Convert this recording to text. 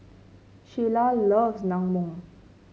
Sheila loves Naengmyeon